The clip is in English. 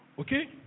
Okay